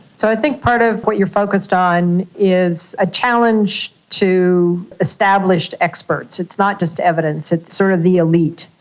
so i think part of what you're focused on is a challenge to established experts, it's not just evidence, it's sort of the elite.